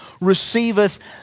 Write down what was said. receiveth